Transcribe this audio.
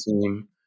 team